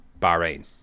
Bahrain